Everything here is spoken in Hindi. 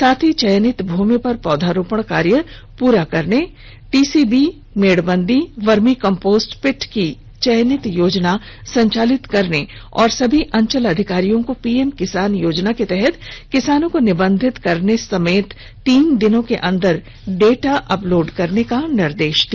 साथ ही चयनित भूमि पर पौधा रोपण कार्य पूर्ण कराने टीसीबी मेढ़बंदी वर्मी कंपोस्ट पिट की चयनित योजना संचालित करने और सभी अंचलाधिकारियों को पीएम किसान योजना के तहत किसानों को निबंधित करने समेत तीन दिनों के अंदर डेटा अपलोड करने का निर्देश दिया